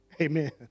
Amen